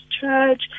Church